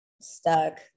stuck